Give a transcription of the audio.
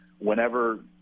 Whenever